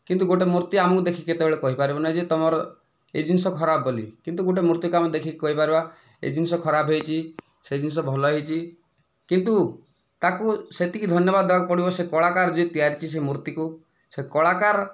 କିନ୍ତୁ ଗୋଟିଏ ମୂର୍ତ୍ତି ଆମକୁ ଦେଖିକି କେତେବେଳେ କହିପାରିବ ନାହିଁ ଯେ ତୁମର ଏହି ଜିନିଷ ଖରାପ ବୋଲି କିନ୍ତୁ ଗୋଟିଏ ମୂର୍ତ୍ତିକୁ ଆମେ ଦେଖିକି କହିପାରିବା ଏଇ ଜିନିଷ ଖରାପ ହୋଇଛି ସେ ଜିନିଷ ଭଲ ହୋଇଛି କିନ୍ତୁ ତାକୁ ସେତିକି ଧନ୍ୟବାଦ ଦେବାକୁ ପଡ଼ିବ ସେ କଳାକାର ଯିଏ ତିଆରିଛି ସେଇ ମୂର୍ତ୍ତିକୁ ସେ କଳାକାର